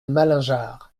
malingear